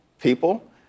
people